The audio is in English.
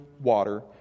water